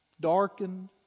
Darkened